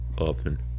Often